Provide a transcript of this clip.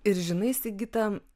ir žinai sigita